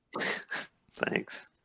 Thanks